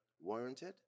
warranted